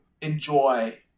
enjoy